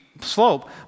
slope